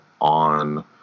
on